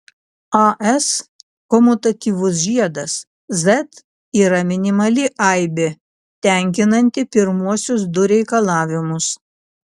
as komutatyvus žiedas z yra minimali aibė tenkinanti pirmuosius du reikalavimus